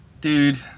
Dude